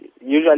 Usually